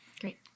Great